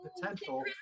potential